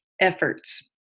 efforts